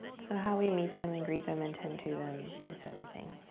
so how we meet them and greet them and tend to them is everything.